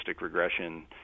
regression